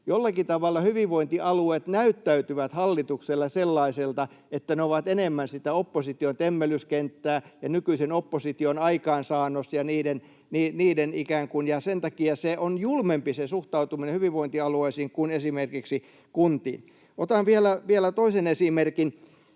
Jollakin tavalla hyvinvointialueet näyttäytyvät hallitukselle sellaisina, että ne ovat enemmän sitä opposition temmellyskenttää ja nykyisen opposition aikaansaannos. Sen takia se suhtautuminen hyvinvointialueisiin on julmempi kuin esimerkiksi kuntiin. Otan vielä toisen esimerkin.